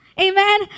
Amen